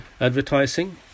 advertising